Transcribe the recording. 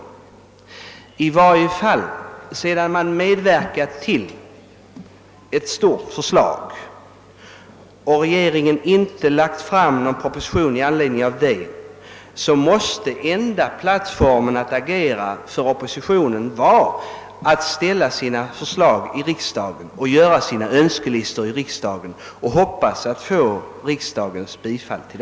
Familjepolitiska kommittén har arbetat fram ett förslag till en stor reform, och detta har inte föranlett regeringen att framlägga någon proposition i ärendet, då måste oppositionens enda plattform för sitt agerande vara att framlägga förslag i riksdagen, och att presentera sina önskelistor här och hoppas på riksdagens bifall.